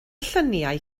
lluniau